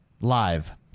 live